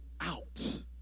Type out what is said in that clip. out